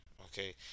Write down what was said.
Okay